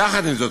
יחד עם זאת,